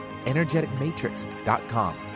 energeticmatrix.com